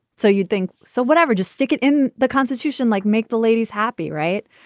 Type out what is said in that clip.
so you'd think so. whatever. just stick it in the constitution, like make the ladies happy. right.